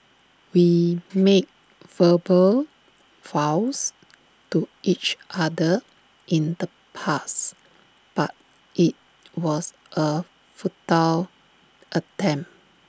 we made verbal vows to each other in the past but IT was A futile attempt